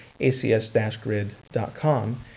acs-grid.com